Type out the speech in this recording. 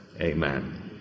Amen